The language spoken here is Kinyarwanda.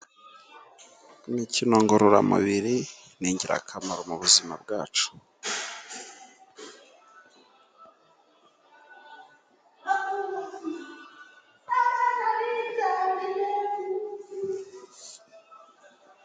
Imikino ngororamubiri, n'ingirakamaro mu buzima bwacu.